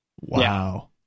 wow